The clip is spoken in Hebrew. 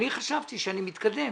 אני חשבתי שאני מתקדם,